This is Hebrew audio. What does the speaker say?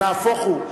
נהפוך הוא.